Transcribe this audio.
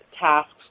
tasks